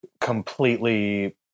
completely